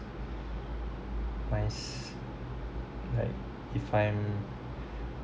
nice like if I'm